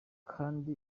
kandi